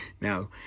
now